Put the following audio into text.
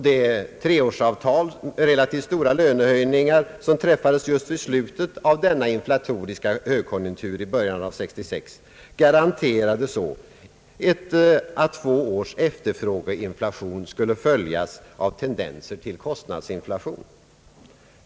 Det treårsavtal, med relativt stora lönehöjningar, som träffades just vid slutet av denna inflatoriska högkonjunktur, i början av 1966 garanterar så att ett å två års efterfrågeinflation kommer att efterföljas av tendenser till kostnadsinflation.